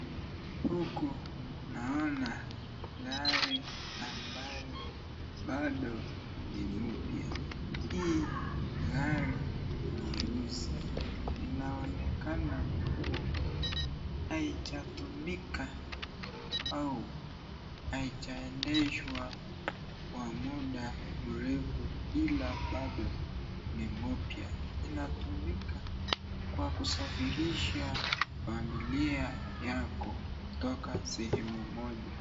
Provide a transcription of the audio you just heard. Huku naona gari ambayo bado ni mpya. Hii gari ni nyeusi inaonekana kuwa haijatumika au haijandeshwa kwa muda mrefu ila bado ni mpya. Inatumika kwa kusafirisha familia yako kutoka sehemu moja.